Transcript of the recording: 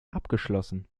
abgeschlossen